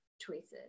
choices